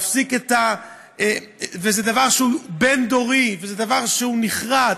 זה דבר שהוא בין-דורי, וזה דבר שהוא נחרת.